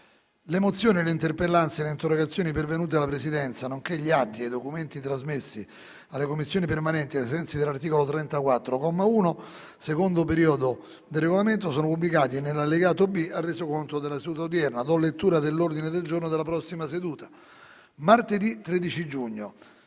Le mozioni, le interpellanze e le interrogazioni pervenute alla Presidenza, nonché gli atti e i documenti trasmessi alle Commissioni permanenti ai sensi dell'articolo 34, comma 1, secondo periodo, del Regolamento sono pubblicati nell'allegato B al Resoconto della seduta odierna. **Ordine del giorno per la seduta di martedì 13 giugno